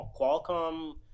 Qualcomm